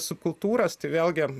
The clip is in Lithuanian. subkultūras tai vėlgi